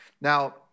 Now